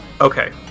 Okay